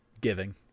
Giving